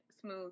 smooth